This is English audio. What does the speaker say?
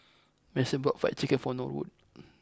Mason bought fried chicken for Norwood